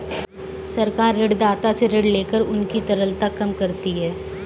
सरकार ऋणदाता से ऋण लेकर उनकी तरलता कम करती है